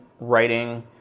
writing